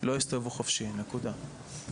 לא יסתובבו חופשי, נקודה.